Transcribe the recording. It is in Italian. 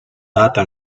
data